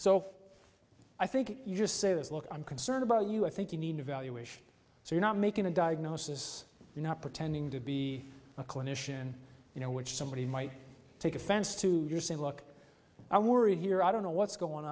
so i think you just say this look i'm concerned about you i think you need evaluation so you're not making a diagnosis you're not pretending to be a clinician you know which somebody might take offense to you saying look i worry here i don't know what's going